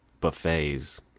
buffets